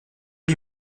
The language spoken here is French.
lui